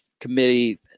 Committee